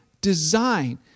Design